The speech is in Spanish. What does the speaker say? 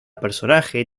personaje